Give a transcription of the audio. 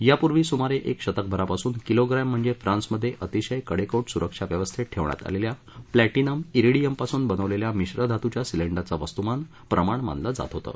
यापूर्वी सुमारे एक शतकभरापासून किलोग्रघ्हणजे फ्रान्समध्ये अतिशय कडेकोट सुरक्षा व्यवस्थेत ठेवण्यात आलेल्या प्लर्टिनम शिंडियमपासून बनवलेल्या मिश्र धातूच्या सिलेंडरचं वस्तुमान प्रमाण मानलं जात होतं